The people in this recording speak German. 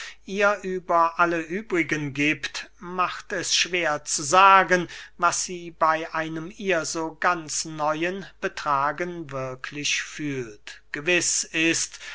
ihr über alle übrigen giebt macht es schwer zu sagen was sie bey einem ihr so ganz neuen betragen wirklich fühlt gewiß ist